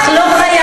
אך לא חייב,